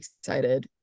excited